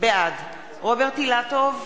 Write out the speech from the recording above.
בעד רוברט אילטוב,